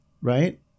right